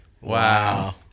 Wow